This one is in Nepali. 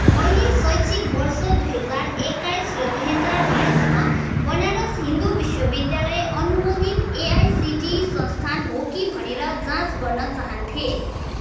मैले शैक्षिक वर्ष दुई हजार एक्काइस र दुई हजार बाइसमा बनारस हिन्दू विश्वविद्यालय अनुमोदित एआइसिटी संस्थान हो कि भनेर जाँच गर्न चाहन्थे